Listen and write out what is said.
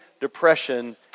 depression